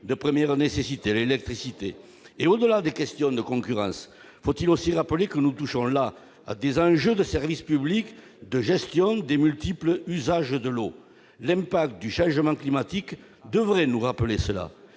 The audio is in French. de première nécessité, l'électricité ? Au-delà des questions de concurrence, faut-il aussi rappeler que nous touchons là à des enjeux de service public de gestion des multiples usages de l'eau ? L'impact du changement climatique devrait nous le rappeler !